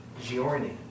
Giorni